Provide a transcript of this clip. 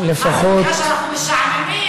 מה זה נקרא שאנחנו משעממים.